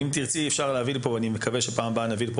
ואם תרצי אפשר להביא לפה אני מקווה שבפעם הבאה נביא לפה,